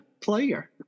player